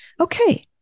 Okay